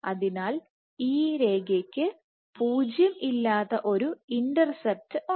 അതിനാൽ ഈ രേഖയ്ക്ക് പൂജ്യം അല്ലാത്ത ഒരു ഇന്റർസെപ്റ്റ് ഉണ്ട്